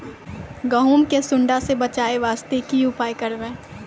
गहूम के सुंडा से बचाई वास्ते की उपाय करबै?